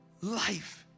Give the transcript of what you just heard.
life